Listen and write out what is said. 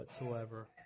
whatsoever